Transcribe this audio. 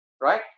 right